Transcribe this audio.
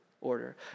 order